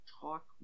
talk